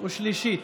אוקיי.